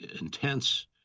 intense